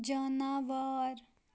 جاناوار